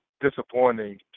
disappointing